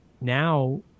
now